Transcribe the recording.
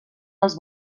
els